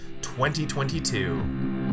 2022